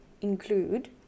include